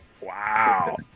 Wow